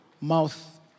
mouth